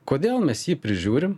kodėl mes jį prižiūrim